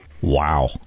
Wow